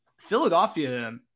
Philadelphia